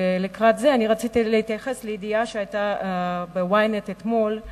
לקראת זה רציתי להתייחס לידיעה שהיתה ב-Ynet אתמול,